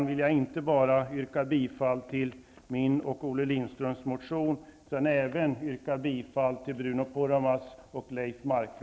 Jag vill därför inte bara yrka bifall till min och Olle Lindströms motion utan även till